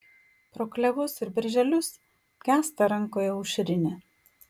pro klevus ir berželius gęsta rankoje aušrinė